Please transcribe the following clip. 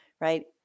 right